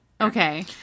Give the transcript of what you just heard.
Okay